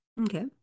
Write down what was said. Okay